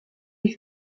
die